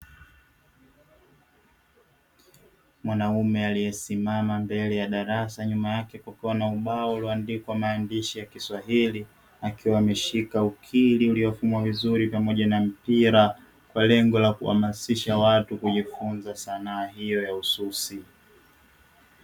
Mwanaume aliyesimama mbele ya darasa nyuma yake kukiwa na ubao ulioandikwa maandishi ya kiswahili akiwa ameshika ukili uliofungwa pamoja na mpira kwa lengo la kuhamasisha watu kujifunza sanaa hiyo ya ususi.